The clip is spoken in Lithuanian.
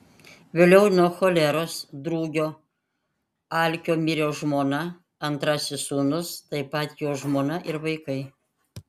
vėliau nuo choleros drugio alkio mirė žmona antrasis sūnus taip pat jo žmona ir vaikai